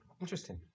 Interesting